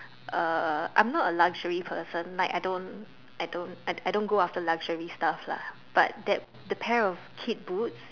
uh I'm not a luxury person like I don't I don't I I don't go after luxury stuff lah but that the pair of kid boots